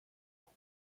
朋友